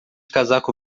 casaco